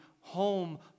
home